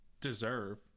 deserve